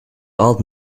old